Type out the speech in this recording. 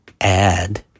add